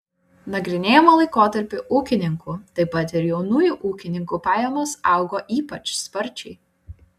nagrinėjamą laikotarpį ūkininkų taip pat ir jaunųjų ūkininkų pajamos augo ypač sparčiai